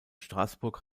straßburg